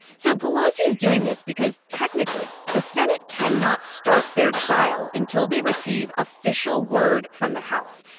so pelosi is doing this because technically, the senate cannot start their trial until they receive official word from the house.